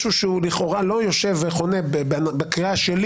משהו שלכאורה הוא יושב וחונה בקריאה שלי.